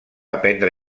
aprendre